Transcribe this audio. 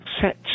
set